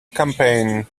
campaign